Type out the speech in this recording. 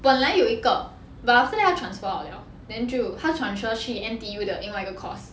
本来有一个 but after that 他 transfer out liao then 就他 transfer 去 N_T_U 的另外一个 course